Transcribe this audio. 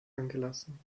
angelassen